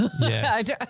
Yes